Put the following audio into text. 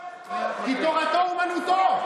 כי תורתו אומנותו.